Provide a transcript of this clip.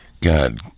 God